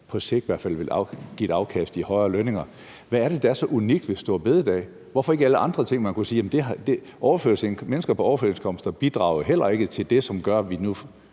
på sigt i hvert fald vil give et afkast i højere lønninger. Hvad er det, der er så unikt ved store bededag? Hvorfor ikke alle andre ting? Mennesker på overførselsindkomster bidrager heller ikke til det, som gør, at vi nu